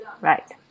Right